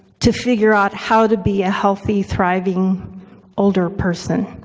to figure out how to be a healthy, thriving older person.